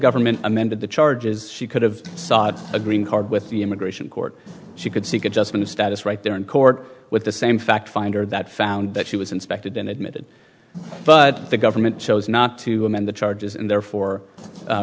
government amended the charges she could have sought a green card with the immigration court she could seek adjustment of status right there in court with the same fact finder that found that she was inspected and admitted but the government chose not to amend charges and therefore